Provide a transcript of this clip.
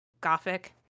gothic